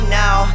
now